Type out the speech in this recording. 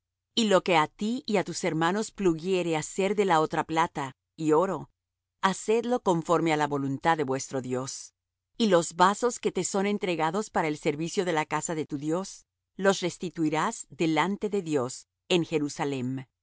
y lo que á ti y á tus hermanos pluguiere hacer de la otra plata y oro hacedlo conforme á la voluntad de vuestro dios y los vasos que te son entregados para el servicio de la casa de tu dios los restituirás delante de dios en jerusalem